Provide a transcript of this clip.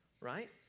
right